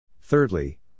Thirdly